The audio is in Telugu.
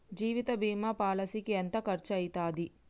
జీవిత బీమా పాలసీకి ఎంత ఖర్చయితది?